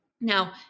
Now